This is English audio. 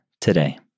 today